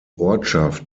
ortschaft